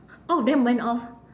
all of them went off